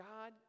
God